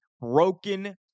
broken